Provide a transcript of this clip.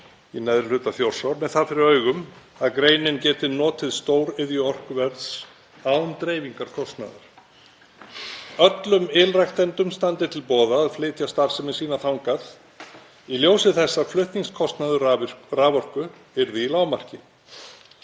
í neðri hluta Þjórsár með það fyrir augum að greinin geti notið stóriðjuorkuverðs án dreifingarkostnaðar. Öllum ylræktendum standi til boða að flytja starfsemi sína þangað í ljósi þess að flutningskostnaður raforku yrði í lágmarki.